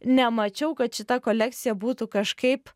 nemačiau kad šita kolekcija būtų kažkaip